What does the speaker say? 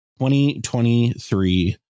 2023